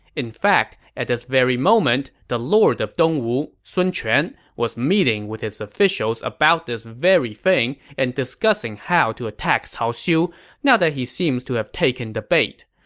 in fact, at this moment, the lord of dongwu, sun quan, was meeting with his officials about this very thing and discussing how to attack cao xiu now that he seems to have taken the bait.